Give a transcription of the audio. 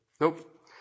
Nope